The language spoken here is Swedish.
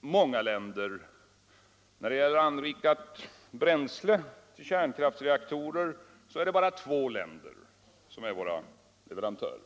många länder — när det gäller anrikat bränsle till kärnkraftsreaktorer är det bara två länder som är våra leverantörer.